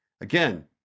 Again